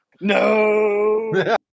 No